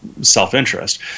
self-interest